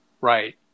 right